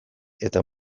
eta